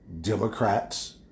Democrats